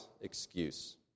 excuse